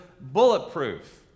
bulletproof